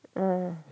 uh